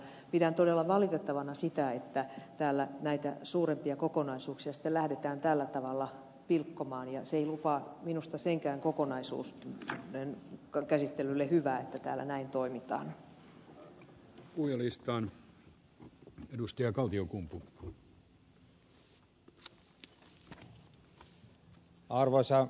pidän todella valitettavana sitä että täällä näitä suurempia kokonaisuuksia sitten lähdetään tällä tavalla pilkkomaan ja se ei lupaa minusta senkään kokonaisuuden käsittelylle hyvää että täällä näin toimitaan